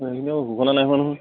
সেইখিনি আকৌ ঘোষণা নাই হোৱা নহয়